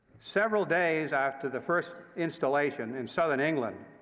several days after the first installation in southern england,